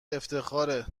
افتخاره